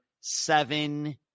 seven